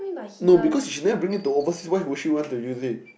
no because she never bring it to oversea why would she want to use it